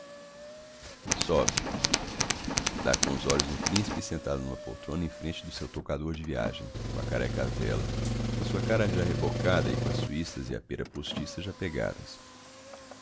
sobe dá com os olhos no principe sentado n'uma poltrona em frente do seu toucador de viagem com a caréca á vela mas com a cara já rebocada e com as suissas e a pêra postiça já pegadas